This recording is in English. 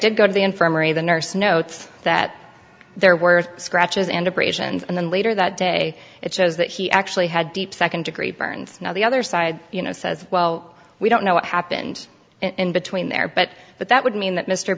did go to the infirmary the nurse notes that there were scratches and abrasions and then later that day it says that he actually had deep second degree burns now the other side you know says well we don't know what happened in between there but but that would mean that mr